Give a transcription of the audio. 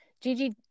Gigi